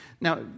Now